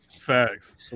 facts